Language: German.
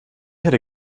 hätte